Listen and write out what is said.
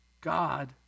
God